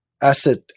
Asset